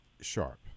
sharp